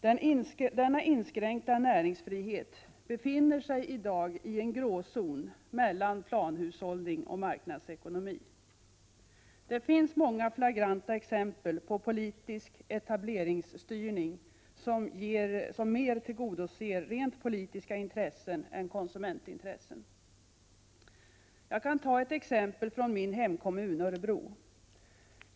Denna inskränkta näringsfrihet befinner sig i dag i en gråzon mellan planhushållning och marknadsekonomi. Det finns många flagranta exempel på politisk etableringsstyrning, som mer tillgodoser rent politiska intressen än konsumentintressen. Jag kan ta ett exempel från min hemkommun Örebro.